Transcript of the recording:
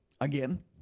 Again